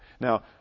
Now